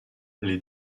les